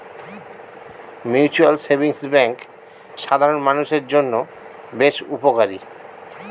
mutual savings bank সাধারণ মানুষদের জন্য বেশ উপকারী